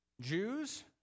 Jews